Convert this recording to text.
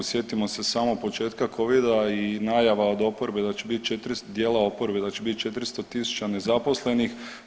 Sjetimo se samo početka covida i najava od oporbe da će biti 400, dijela oporbe da će biti 400 000 nezaposlenih.